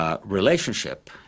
relationship